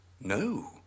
No